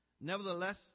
Nevertheless